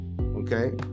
okay